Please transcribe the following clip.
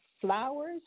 flowers